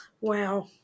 Wow